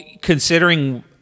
considering